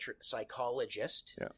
psychologist